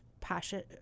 passion